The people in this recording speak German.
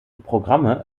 programme